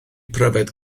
pryfed